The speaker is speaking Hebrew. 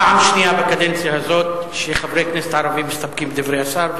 פעם שנייה בקדנציה הזאת שחברי כנסת ערבים מסתפקים בדברי השר,